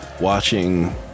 watching